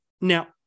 now